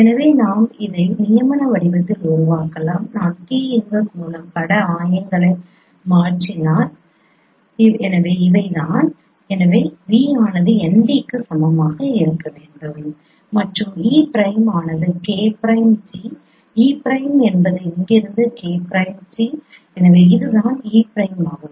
எனவே நாம் அதை நியமன வடிவத்தில் உருவாக்கலாம் நான் K இன்வெர்ஸ் மூலம் பட ஆயங்களை மாற்றினால் எனவே இவை தான் எனவே v ஆனது n d க்கு சமமாக இருக்க வேண்டும் மற்றும் e பிரைம் ஆனது K prime t e prime என்பது இங்கிருந்து K பிரைம் t எனவே அதுதான் e பிரைமாகும்